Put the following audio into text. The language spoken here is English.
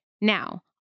Now